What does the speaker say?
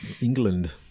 England